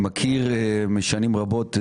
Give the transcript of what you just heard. ראינו שחסרים שם עובדים.